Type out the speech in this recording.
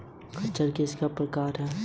खच्चर किसका क्रास है?